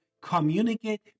communicate